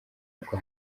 rwo